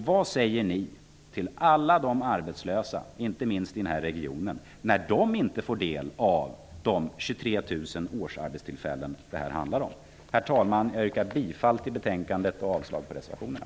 Vad säger ni till alla de arbetslösa, inte minst i denna region, om de inte får del av de 23 000 årsarbetstillfällen som det handlar om? Herr talman! Jag yrkar bifall till utskottets hemställan och avslag på reservationerna.